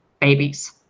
babies